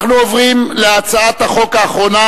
בעד, 27, אין מתנגדים, אין נמנעים.